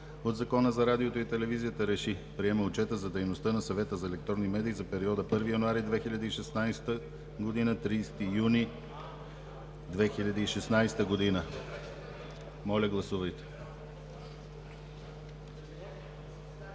от Закона за радиото и телевизията РЕШИ: Приема Отчета за дейността на Съвета за електронни медии за периода 1 януари 2016 г. – 30 юни 2016 г.“ Моля, гласувайте.